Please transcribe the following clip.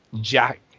jack